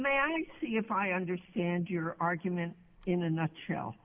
may i see if i understand your argument in a nutshell